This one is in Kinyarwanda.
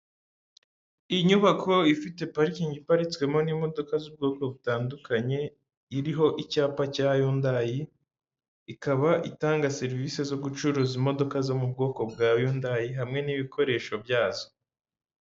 Inyubako ifite parikingi iparitswemo n'imodoka z'ubwoko butandukanye, iriho icyapa cya Yundayi, ikaba itanga serivise zo gucuruza imodoka zo mu bwoko bwa Yundayi hamwe n'ibikoresho byazo.